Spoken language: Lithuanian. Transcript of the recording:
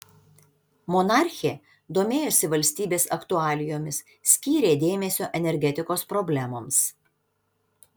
monarchė domėjosi valstybės aktualijomis skyrė dėmesio energetikos problemoms